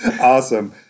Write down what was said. Awesome